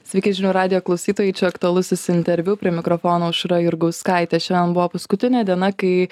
sveiki žinių radijo klausytojai čia aktualusis interviu prie mikrofono aušra jurgauskaitė šiandien buvo paskutinė diena kai